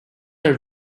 are